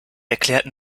erklärten